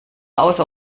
außer